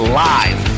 live